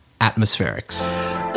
atmospherics